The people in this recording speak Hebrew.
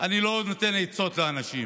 אני לא נותן עצות לאנשים: